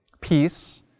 peace